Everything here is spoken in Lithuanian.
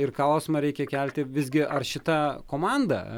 ir klausimą reikia kelti visgi ar šita komanda